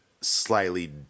slightly